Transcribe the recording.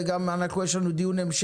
אני גם רוצה לשאול שאלת